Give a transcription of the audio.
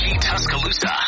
Tuscaloosa